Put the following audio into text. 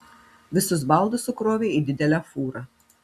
visus baldus sukrovė į didelę fūrą